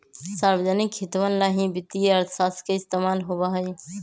सार्वजनिक हितवन ला ही वित्तीय अर्थशास्त्र के इस्तेमाल होबा हई